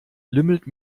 lümmelt